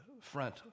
front